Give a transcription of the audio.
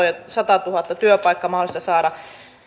satatuhatta tulevaa työpaikkaa mahdollista saada